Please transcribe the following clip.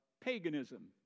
paganism